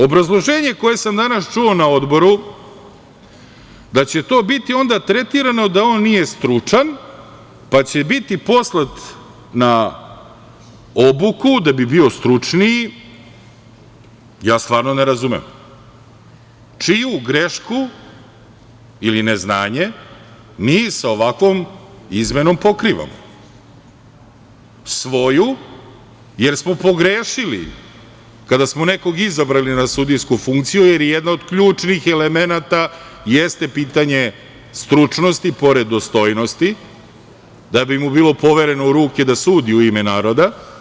Obrazloženje koje sam danas čuo na Odboru da će to biti onda tretirano da on nije stručan pa će biti poslat na obuku da bi bio stručniji, ja stvarno ne razumem čiju grešku ili neznanje mi sa ovakvom izmenom pokrivamo – svoju jer smo pogrešili kada smo nekoga izabrali na sudijsku funkciju jer je jedan od ključnih elemenata pitanje stručnosti pored dostojnosti da bi mu bilo povereno u ruke da sudi u ime naroda.